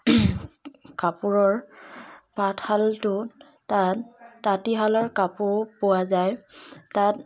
কাপোৰৰ তাঁতশালটোত তাত তাঁতীশালৰ কাপোৰো পোৱা যায় তাত